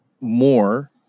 more